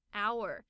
hour